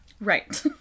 Right